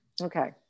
Okay